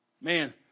Man